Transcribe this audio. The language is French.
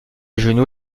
genoux